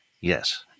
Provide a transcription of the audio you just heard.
yes